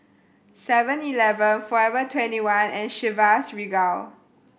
Seven Eleven Forever Twenty one and Chivas Regal